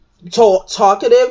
talkative